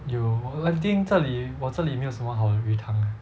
有我 I think 这里我这里没有什么好的鱼汤 leh